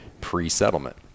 pre-settlement